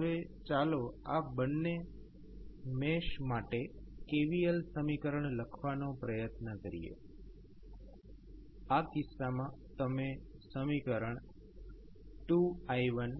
હવે ચાલો આ બંને મેશ માટે KVL સમીકરણ લખવાનો પ્રયત્ન કરીએ આ કિસ્સા માં તમે સમીકરણ 2i1